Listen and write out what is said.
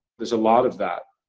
there's a lot of that.